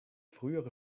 frühere